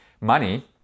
money